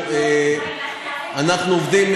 אנחנו עובדים,